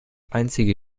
einzige